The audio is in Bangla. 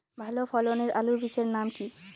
ভালো ফলনের আলুর বীজের নাম কি?